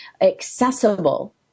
accessible